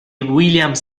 william